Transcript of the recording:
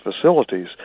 facilities